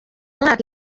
mwaka